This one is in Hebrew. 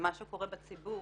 למה שקורה בציבור,